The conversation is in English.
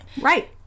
Right